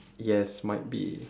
yes might be